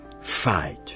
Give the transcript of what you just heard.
Fight